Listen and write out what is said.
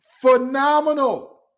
Phenomenal